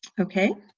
okay,